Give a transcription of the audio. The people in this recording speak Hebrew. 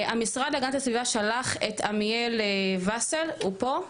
המשרד להגנת הסביבה שלח את עמיאל וסל, הוא פה?